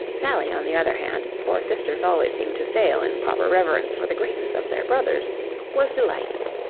sally, on the other hand for sisters always seem to fail in proper reverence for the greatness of their brothers was delighted.